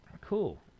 Cool